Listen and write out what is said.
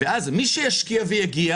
ואז מי שישקיע ויגיע